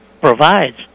provides